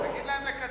תגיד להם לקצר.